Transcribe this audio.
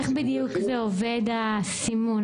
איך בדיוק עובד הסימון?